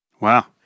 Wow